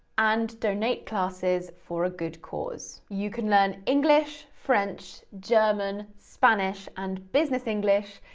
and donate classes for a good cause. you can learn english, french, german, spanish, and business english,